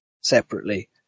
separately